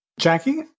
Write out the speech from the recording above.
Jackie